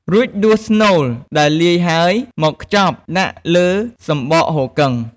រួចដួសស្នូលដែលលាយហើយ មកខ្ចប់ដាក់លើសំបកហ៊ូគឹង។